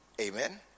Amen